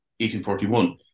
1841